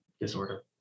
disorder